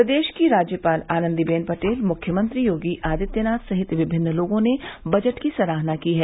प्रदेश की राज्यपाल आनन्दीबेन पटेल मुख्यमंत्री योगी आदित्यनाथ सहित विभिन्न लोगों ने बजट की सराहना की है